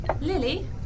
Lily